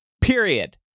Period